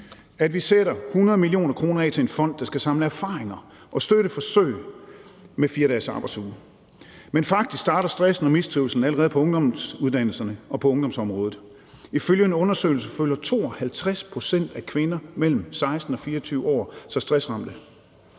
at vi sætter 100 mio. kr. af til en fond, der skal samle erfaringer og støtte forsøg med 4-dagesarbejdsuge. Men faktisk starter stressen og mistrivslen allerede på ungdomsuddannelserne og på ungdomsområdet. Ifølge en undersøgelse føler 52 pct. af kvinder mellem 16 og 24 år sig stressramte.